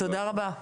תודה רבה.